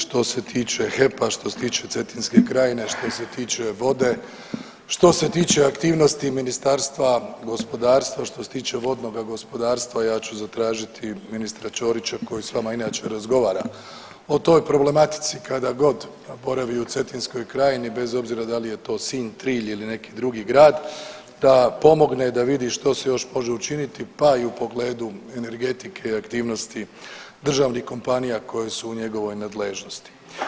Što se tiče HEP-a, što se tiče Cetinske krajine, što se tiče vode, što se tiče aktivnosti Ministarstva gospodarstva, što se tiče vodnoga gospodarstva ja ću zatražiti ministra Ćorića koji sa vama inače razgovara o toj problematici kad god boravi u Cetinskoj krajini bez obzira da li je to Sinj, Trilj ili neki drugi grad, da pomogne, da vidi što se još može učiniti pa i u pogledu energetike i aktivnosti državnih kompanija koje su u njegovoj nadležnosti.